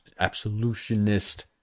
absolutionist